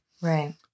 Right